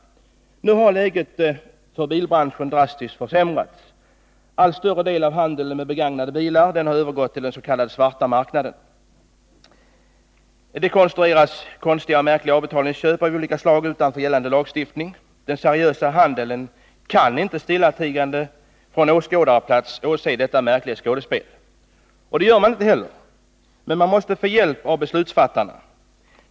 Nu har bilbranschens situation drastiskt försämrats. Allt större del av handeln med begagnade bilar har övergått till den s.k. svarta marknaden. Det konstrueras konstiga och märkliga avbetalningsköp av olika slag utanför gällande lagstiftning. Den seriösa handeln kan inte från åskådarplats stillatigande åse detta märkliga skådespel. Det gör den inte heller, men den måste få hjälp av beslutsfattarna.